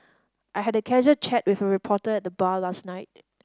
I had a casual chat with a reporter at the bar last night